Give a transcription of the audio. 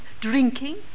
drinking